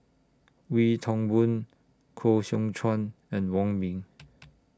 Wee Toon Boon Koh Seow Chuan and Wong Ming